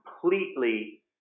completely